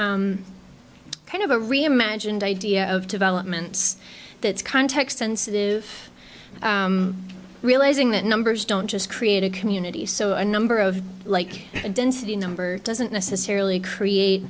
kind of a reimagined idea of developments that's context sensitive realizing that numbers don't just create a community so a number of like density number doesn't necessarily create